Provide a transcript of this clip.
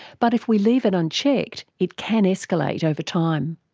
but if we leave it unchecked, it can escalate over time.